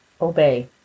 obey